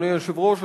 אדוני היושב-ראש,